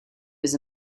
was